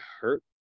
hurt